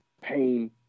pain